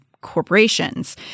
corporations